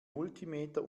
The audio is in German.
multimeter